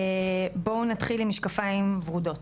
בואו נתחיל עם משקפיים ורודות.